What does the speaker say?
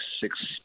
six